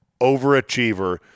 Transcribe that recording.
overachiever